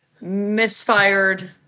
Misfired